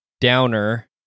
downer